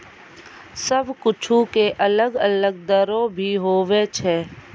सब कुछु के अलग अलग दरो भी होवै छै